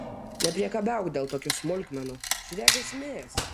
nepriekabiauk dėl tokių smulkmenų žiūrėk esmės